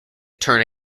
turn